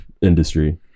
industry